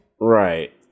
Right